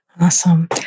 Awesome